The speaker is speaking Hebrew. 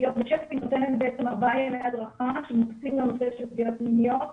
--- נותנת בעצם ארבעה ימי הדרכה שמוקצים לנושא של פגיעות מיניות,